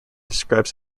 describes